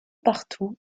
partout